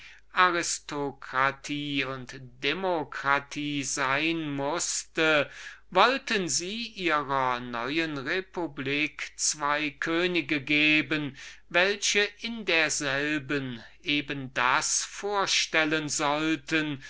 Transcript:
aristokratie und demokratie sein mußte wollten sie ihrer neuen republik zwei könige geben welche in derselben eben das vorstellen sollten